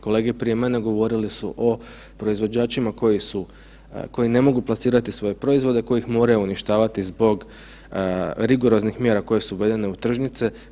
Kolege prije mene govorili su o proizvođačima koji su, koji ne mogu plasirati svoje proizvode, koji ih moraju uništavati zbog rigoroznih mjera koje su gledane u tržnice.